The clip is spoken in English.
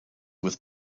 with